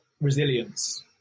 Resilience